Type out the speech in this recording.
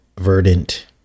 verdant